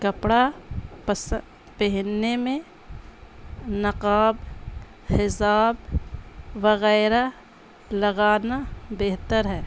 کپڑا پس پہننے میں نقاب حضاب وغیرہ لگانا بہتر ہے